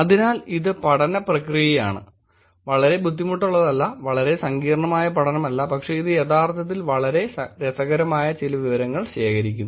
അതിനാൽ ഇത് പഠന പ്രക്രിയയാണ് വളരെ ബുദ്ധിമുട്ടുള്ളതല്ല വളരെ സങ്കീർണ്ണമായ പഠനമല്ല പക്ഷേ ഇത് യഥാർത്ഥത്തിൽ വളരെ രസകരമായ ചില വിവരങ്ങൾ ശേഖരിക്കുന്നു